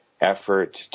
effort